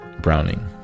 browning